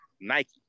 Nike